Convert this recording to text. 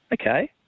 okay